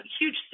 huge